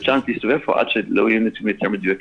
צ'אנס להסתובב פה עד שלא יהיו נתונים יותר מדויקים,